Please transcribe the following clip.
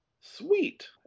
Sweet